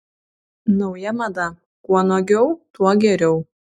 nauja mada kuo nuogiau tuo geriau